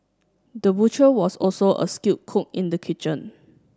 the butcher was also a skilled cook in the kitchen